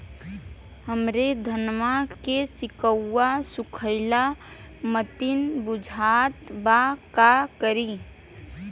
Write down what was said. हमरे धनवा के सीक्कउआ सुखइला मतीन बुझात बा का करीं?